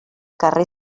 carrer